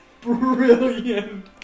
Brilliant